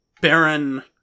Baron